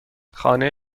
خانه